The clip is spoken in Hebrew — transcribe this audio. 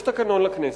יש תקנון לכנסת.